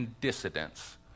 dissidents